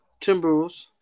Timberwolves